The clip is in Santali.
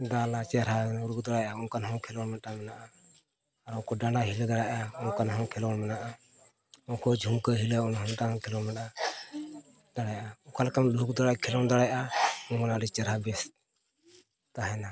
ᱫᱟᱞᱟ ᱪᱮᱨᱦᱟ ᱨᱩ ᱫᱟᱲᱮᱭᱟᱜ ᱚᱱᱠᱟ ᱦᱚᱸ ᱠᱷᱮᱞᱳᱰ ᱢᱤᱫᱴᱟᱝ ᱢᱮᱱᱟᱜᱼᱟ ᱟᱨ ᱚᱠᱚᱭ ᱰᱟᱸᱰᱟ ᱦᱤᱞᱟᱹᱣ ᱫᱟᱲᱮᱭᱟᱜᱼᱟ ᱚᱱᱠᱟᱱ ᱦᱚᱸ ᱠᱷᱮᱞᱳᱰ ᱢᱮᱱᱟᱜᱼᱟ ᱚᱠᱚᱭ ᱡᱷᱩᱢᱠᱟᱹᱣ ᱦᱤᱞᱟᱹᱣ ᱚᱱᱟ ᱦᱚᱸ ᱢᱤᱫᱴᱟᱝ ᱠᱷᱮᱞᱳᱰ ᱢᱮᱱᱟᱜᱼᱟ ᱫᱟᱲᱮᱭᱟᱜᱼᱟ ᱚᱠᱟ ᱞᱮᱠᱟᱢ ᱞᱩᱦᱩᱠ ᱫᱟᱲᱮᱭᱟᱜᱼᱟ ᱠᱷᱮᱞᱳᱰ ᱫᱟᱲᱮᱭᱟᱜᱼᱟ ᱚᱱᱟ ᱟᱹᱰᱤ ᱪᱮᱨᱦᱟ ᱵᱮᱥ ᱛᱟᱦᱮᱱᱟ